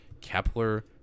Kepler